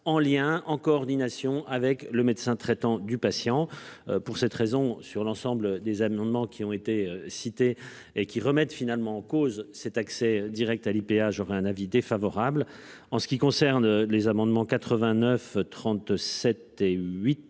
en lien, en coordination avec le médecin traitant du patient. Pour cette raison sur l'ensemble des amendements qui ont été cités et qui remettent finalement en cause cet accès Direct à l'IPA j'aurais un avis défavorable en ce qui concerne les amendements 89 37 et 8